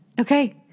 Okay